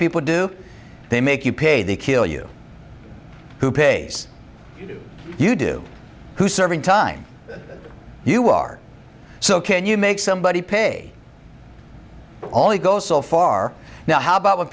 people do they make you pay they kill you who pays you do who's serving time you are so can you make somebody pay only go so far now how about when